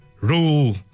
Rule